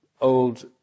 old